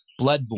Bloodborne